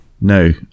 No